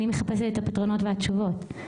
אני מחפשת את הפתרונות והתשובות.